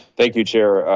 thank you, chair.